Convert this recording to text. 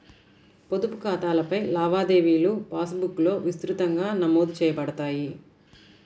పొదుపు ఖాతాలపై లావాదేవీలుపాస్ బుక్లో విస్తృతంగా నమోదు చేయబడతాయి